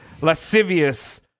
lascivious